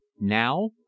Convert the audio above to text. Now